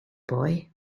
boy